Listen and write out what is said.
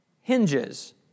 hinges